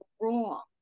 wrong